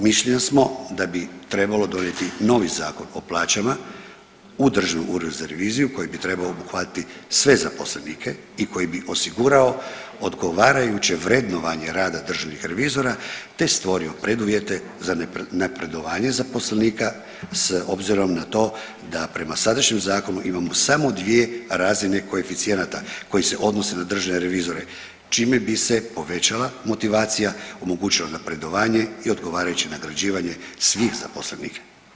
Mišljenja smo da bi trebalo donijeti novi Zakon o plaćama u Državnom uredu za reviziju koji bi trebao obuhvatiti sve zaposlenike i koji bi osigurao odgovarajuće vrednovanje rada državnih revizora te stvorio preduvjete za napredovanje zaposlenika s obzirom na to da prema sadašnjem zakonu imamo samo dvije razine koeficijenata koji se odnose na državne revizore čime bi se povećala motivacija, omogućilo napredovanje i odgovarajuće nagrađivanje svih zaposlenika.